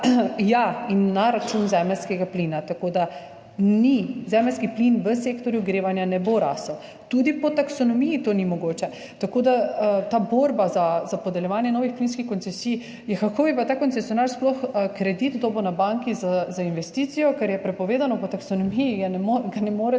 % na račun zemeljskega plina, tako da zemeljski plin v sektorju ogrevanja ne bo rasel, tudi po taksonomiji to ni mogoče. Tako da ta borba za podeljevanje novih plinskih koncesij, ja kako bi pa ta koncesionar sploh dobil kredit na banki za investicijo, ker je prepovedano po taksonomiji. Ne more